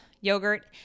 yogurt